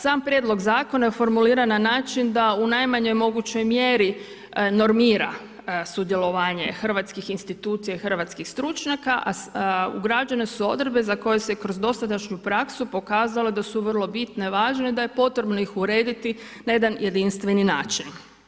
Sam prijedlog zakona formulira na način da u najmanjoj mogućoj mjeri normira sudjelovanje hrvatskih institucija i hrvatskih stručnjaka, ugrađene su odredbe za koje se kroz dosadanju praksu pokazalo da su vrlo bitne, važne, da je potrebno ih urediti na jedan jedinstveni način.